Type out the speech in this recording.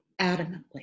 adamantly